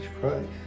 Christ